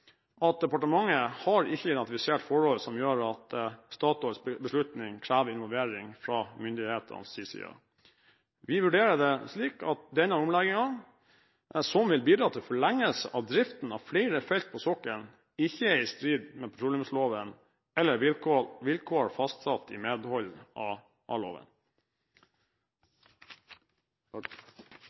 at departementet ikke har identifisert forhold som gjør at Statoils beslutning krever involvering fra myndighetenes side. Vi vurderer det slik at denne omleggingen, som vil bidra til forlengelse av driften av flere felt på sokkelen, ikke er i strid med petroleumsloven eller vilkår fastsatt i medhold av loven.